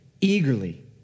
eagerly